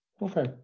Okay